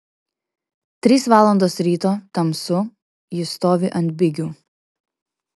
trys valandos ryto tamsu jis stovi ant bigių